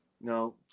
No